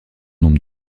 nombre